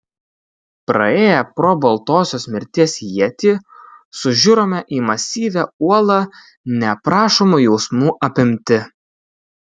praėję pro baltosios mirties ietį sužiurome į masyvią uolą neaprašomų jausmų apimti